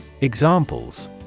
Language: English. Examples